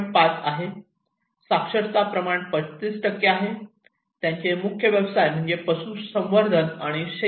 5 आहे साक्षरताप्रमाण 35 आहे त्यांचे मुख्य व्यवसाय म्हणजे पशुसंवर्धन आणि शेती